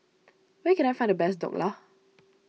where can I find the best Dhokla